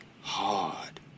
hard